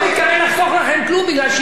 מפני שאם אני לא אגיד לכם את זה,